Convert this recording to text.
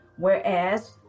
Whereas